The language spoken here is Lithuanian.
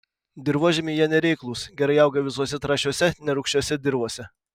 dirvožemiui jie nereiklūs gerai auga visose trąšiose nerūgščiose dirvose